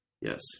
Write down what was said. Yes